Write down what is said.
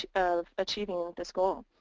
of achieving this goal.